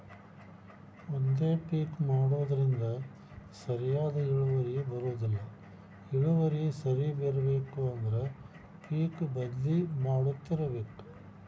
ಒಂದೇ ಪಿಕ್ ಮಾಡುದ್ರಿಂದ ಸರಿಯಾದ ಇಳುವರಿ ಬರುದಿಲ್ಲಾ ಇಳುವರಿ ಸರಿ ಇರ್ಬೇಕು ಅಂದ್ರ ಪಿಕ್ ಬದ್ಲಿ ಮಾಡತ್ತಿರ್ಬೇಕ